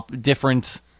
different